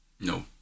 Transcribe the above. No